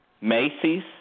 Macy's